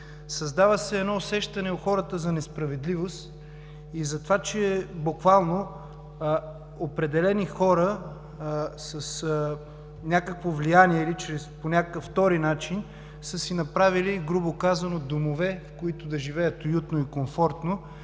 създава се едно усещане у хората за несправедливост и за това, че буквално определени хора с някакво влияние или по някакъв втори начин са си направили грубо казано „домове“, в които да живеят уютно и комфортно